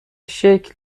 شکل